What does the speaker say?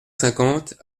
cinquante